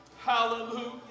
Hallelujah